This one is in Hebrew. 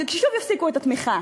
כי שוב יפסיקו את התמיכה.